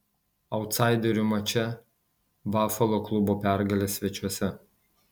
autsaiderių mače bafalo klubo pergalė svečiuose